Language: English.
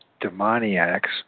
demoniacs